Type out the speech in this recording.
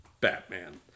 Batman